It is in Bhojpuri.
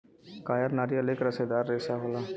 कायर नारियल एक रेसेदार रेसा होला